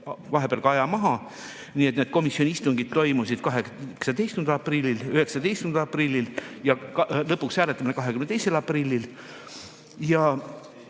vahepeal ka aja maha. Nii et need komisjoni istungid toimusid 18. aprillil, 19. aprillil ja lõpuks hääletamine 22. aprillil. Üks